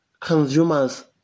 consumers